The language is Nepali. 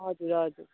हजुर हजुर